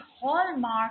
hallmark